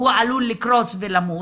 הוא עלול לקרוס ולמות.